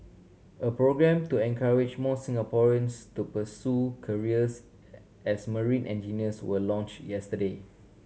a programme to encourage more Singaporeans to pursue careers as marine engineers were launch yesterday